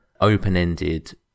open-ended